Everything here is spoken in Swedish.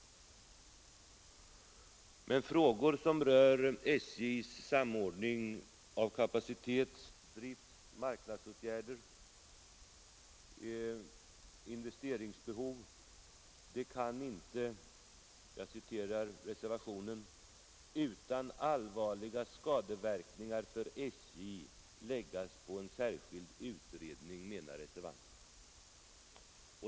Men frågor som rör SJ:s samordning av kapacitets-, driftsoch marknadsåtgärder med bedömningen av investeringsbehovet kan inte enligt reservationen 2 ”utan allvarliga skadeverkningar för SJ läggas på en särskild utredning”.